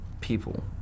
people